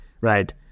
right